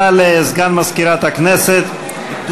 תודה לסגן מזכירת הכנסת.